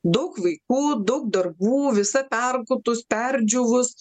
daug vaikų daug darbų visa perkūdus perdžiūvus